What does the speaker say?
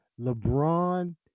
LeBron